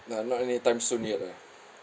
nah not anytime soon yet ah